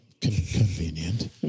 Convenient